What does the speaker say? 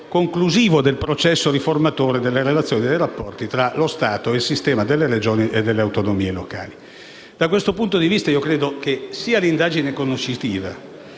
conclusivo del processo riformatore delle relazioni e dei rapporti tra lo Stato e il sistema delle Regioni e delle autonomie locali. Da questo punto di vista, credo che sia l'indagine conoscitiva,